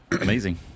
amazing